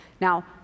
Now